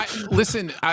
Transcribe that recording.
Listen